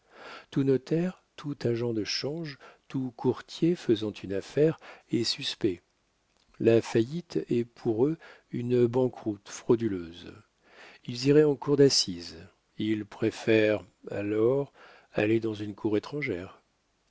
tout notaire tout agent de change tout courtier faisant une affaire est suspect la faillite est pour eux une banqueroute frauduleuse ils iraient en cour d'assises ils préfèrent alors aller dans une cour étrangère